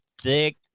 thick